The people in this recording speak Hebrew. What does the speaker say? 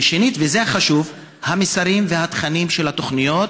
שנית, וזה החשוב, המסרים והתכנים של התוכניות,